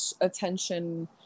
attention